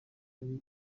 ari